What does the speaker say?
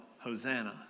Hosanna